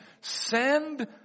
Send